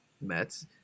Mets